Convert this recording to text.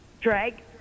Drag